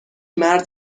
مرد